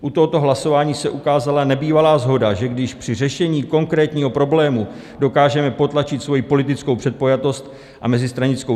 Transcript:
U tohoto hlasování se ukázala nebývalá shoda, že když při řešení konkrétního problému dokážeme potlačit svoji politickou předpojatost a mezistranickou řevnivost, tak to jde.